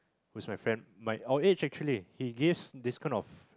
which my friend my our age actually he gives these kind of